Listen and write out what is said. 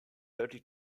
thirty